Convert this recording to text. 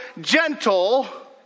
gentle